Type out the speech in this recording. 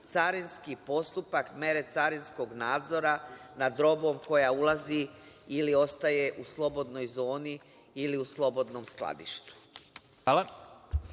carnski postupak, mere carinskog nadzora nad robom koja ulazi ili ostaje u slobodnoj zoni ili u slobodnom skladištu?